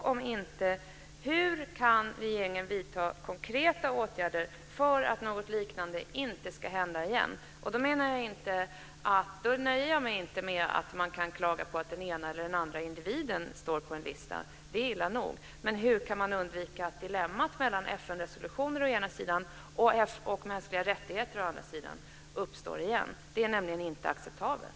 Om inte, hur kan regeringen vidta konkreta åtgärder för att något liknande inte ska hända igen? Jag nöjer mig då inte med att man kan klaga på att den ena eller andra individen står på en lista. Det är illa nog att de gör det. Hur kan man undvika att dilemmat mellan FN-resolutioner å ena sidan och mänskliga rättigheter å andra sidan uppstår igen? Det är nämligen inte acceptabelt.